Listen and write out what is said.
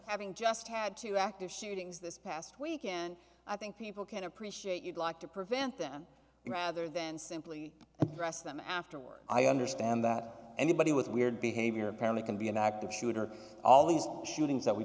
having just had two active shootings this past week and i think people can appreciate you'd like to prevent them rather than simply oppress them afterward i understand that anybody with weird behavior apparently can be an active shooter all these shootings that we